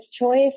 choice